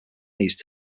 these